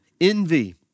envy